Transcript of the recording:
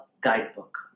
guidebook